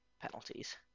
penalties